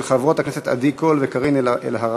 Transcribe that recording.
של חברות הכנסת עדי קול וקארין אלהרר.